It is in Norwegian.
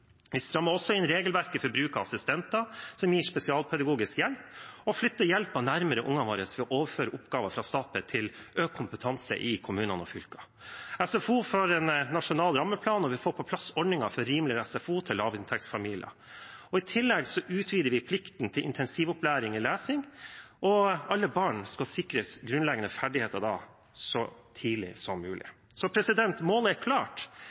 Vi strammer også inn regelverket for bruk av assistenter som gir spesialpedagogisk hjelp, og flytter hjelpen nærmere ungene våre ved å overføre oppgaver fra Statped til økt kompetanse i kommunene og fylkene. SFO får en nasjonal rammeplan, og vi får på plass ordninger for rimeligere SFO til lavinntektsfamilier. I tillegg utvider vi plikten til intensivopplæring i lesing, og alle barn skal da sikres grunnleggende ferdigheter så tidlig som mulig. Målet er klart: